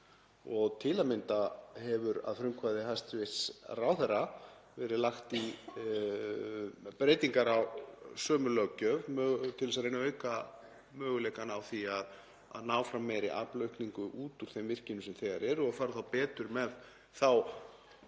Til að mynda hefur að frumkvæði hæstv. ráðherra verið lagt í breytingar á sömu löggjöf til að reyna að auka möguleikana á því að ná fram meiri aflaukningu út úr þeim virkjunum sem þegar eru og fara þá betur með þá